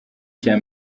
cya